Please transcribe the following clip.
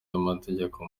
y’amategeko